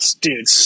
Dude